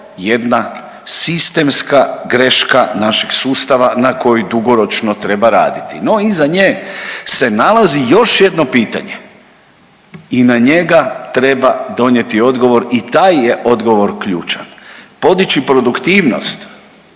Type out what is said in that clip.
jedna sistemska greška našeg sustava na koji dugoročno treba raditi. No iza nje se nalazi još jedno pitanje i na njega treba donijeti odgovor i taj je odgovor ključan. Podići produktivnost